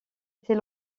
était